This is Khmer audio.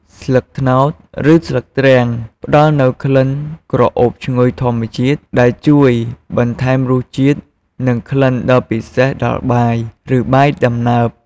ស្លឹកត្នោត ឬស្លឹកទ្រាំង ផ្ដល់នូវក្លិនក្រអូបឈ្ងុយធម្មជាតិ ដែលជួយបន្ថែមរសជាតិ និងក្លិនដ៏ពិសេសដល់បាយ ឬបាយដំណើប។